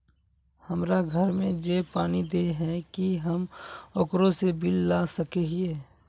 हमरा घर में जे पानी दे है की हम ओकरो से बिल ला सके हिये?